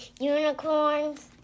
unicorns